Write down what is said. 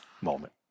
moment